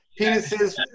penises